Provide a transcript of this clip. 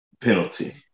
penalty